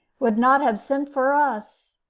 would not have sent for us.